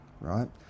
right